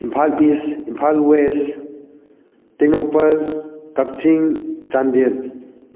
Imphal East Imphal West Tengnoupal Kakching Chandel